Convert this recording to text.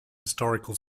historical